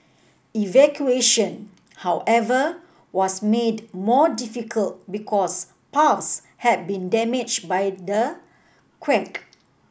evacuation however was made more difficult because paths had been damage by the quake